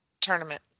tournament